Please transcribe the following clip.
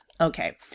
Okay